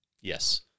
Yes